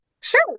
Sure